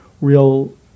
real